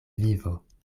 vivo